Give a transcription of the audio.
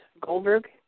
Goldberg